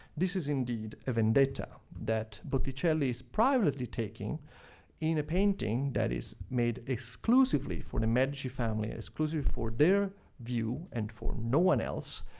this is indeed a vendetta that botticelli's privately taking in a painting that is made exclusively for the medici family, exclusively for their view and for no one else.